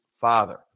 father